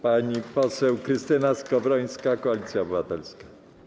Pani poseł Krystyna Skowrońska, Koalicja Obywatelska.